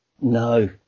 No